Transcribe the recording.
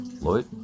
Lloyd